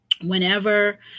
Whenever